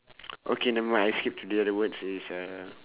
okay never mind I skip to the another word is uh